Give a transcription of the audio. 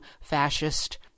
fascist